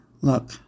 Look